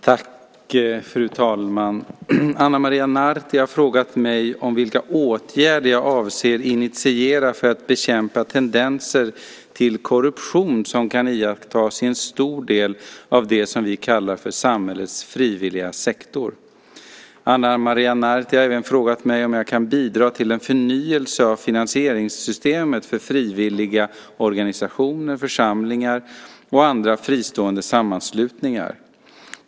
Fru talman! Ana Maria Narti har frågat mig vilka åtgärder jag avser att initiera för att bekämpa tendenserna till korruption som kan iakttas i en stor del av det som vi kallar för samhällets frivilliga sektor. Ana Maria Narti har även frågat mig om jag kan bidra till en förnyelse av finansieringssystemet för frivilliga organisationer, församlingar och andra fristående sammanslutningar.